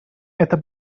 это